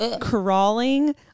crawling